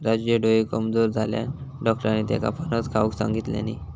राजूचे डोळे कमजोर झाल्यानं, डाक्टरांनी त्येका फणस खाऊक सांगितल्यानी